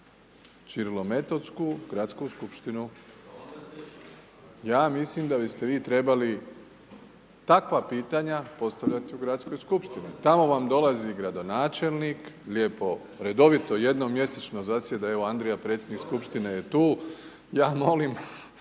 Ćirilometodsku, Gradsku skupštinu. Ja mislim da biste vi trebali takva pitanja postavljati u Gradskoj skupštini. Tamo vam dolazi gradonačelnik, lijepo, redovito jednom mjesečno zasjeda, evo Andrija, predsjednik skupštine je tu. Ja molim